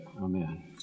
amen